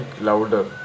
louder